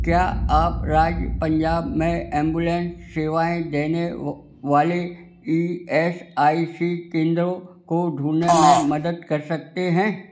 क्या आप राज्य पंजाब में एंबुलेंस सेवाएँ देने वाले ई एस आई सी केंद्रों को ढूँढने में मदद कर सकते हैं